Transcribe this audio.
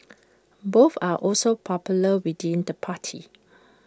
both are also popular within the party